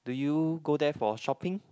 do you go there for shopping